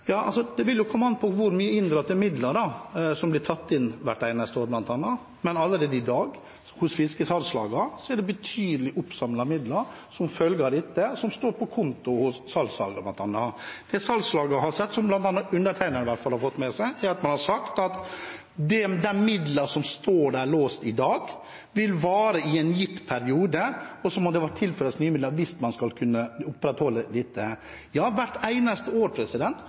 det bl.a. komme an på hvor mye midler som blir inndratt hvert eneste år, men allerede i dag, hos fiskesalgslagene, er det betydelige oppsamlede midler som følge av dette som står på konto hos salgslagene, bl.a. Det salgslagene har sagt, og som bl.a. undertegnede i hvert fall har fått med seg, er at de midlene som står låst der i dag, vil vare i en gitt periode, og så må det tilføres nye midler hvis man skal kunne opprettholde dette. Hvert eneste år